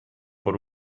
por